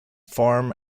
form